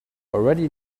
already